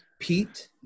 Pete